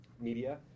media